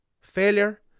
failure